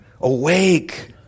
Awake